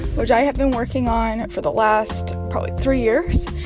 which i have been working on for the last probably three years.